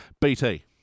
BT